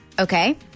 Okay